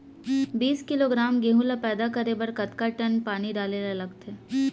बीस किलोग्राम गेहूँ ल पैदा करे बर कतका टन पानी डाले ल लगथे?